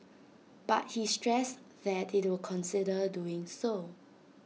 but he stressed that IT will consider doing so